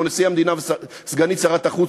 כמו נשיא המדינה וסגנית שר החוץ,